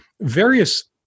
various